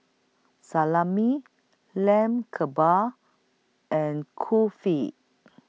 Salami Lamb Kebabs and Kulfi